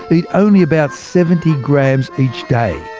eat only about seventy grams each day.